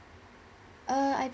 uh I